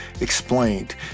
explained